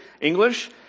English